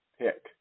pick